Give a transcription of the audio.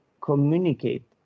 communicate